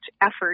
effort